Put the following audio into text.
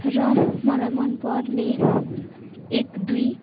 र मलाई मनपर्ने एक दुई